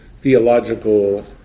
theological